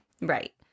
right